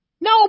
No